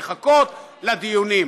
ולחכות לדיונים.